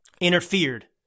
interfered